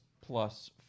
plus